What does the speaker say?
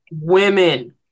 Women